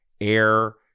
air